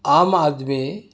عام آدمی